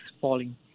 falling